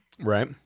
right